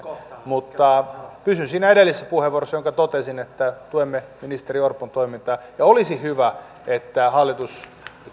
mutta pysyn siinä edellisessä puheenvuorossa jossa totesin että tuemme ministeri orpon toimintaa ja olisi hyvä